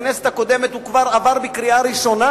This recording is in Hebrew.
בכנסת הקודמת הוא כבר עבר בקריאה ראשונה,